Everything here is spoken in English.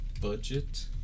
budget